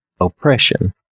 oppression